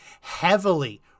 heavily